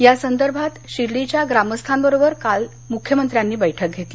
या संदर्भात शिर्डीच्या ग्रामस्थांबरोबर काल मुख्यमंत्र्यांनी बैठक घेतली